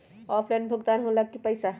Offline भुगतान हो ला कि पईसा?